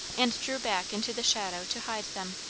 and drew back into the shadow to hide them.